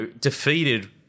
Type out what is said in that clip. defeated